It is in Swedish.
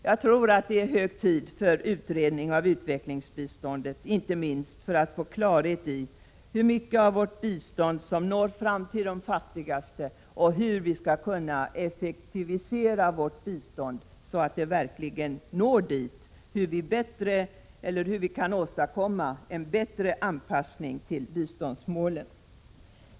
Jag tror att det är hög tid för utredning av utvecklingsbiståndet, inte minst för att få klarhet i hur mycket av vårt bistånd som når fram till de fattigaste, hur vi skall kunna effektivisera vårt bistånd så att det verkligen når sitt mål och hur vi skall åstadkomma en bättre anpassning till biståndsmålen.